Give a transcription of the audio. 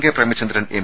K Premachandran M